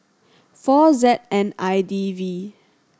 four Z N I D V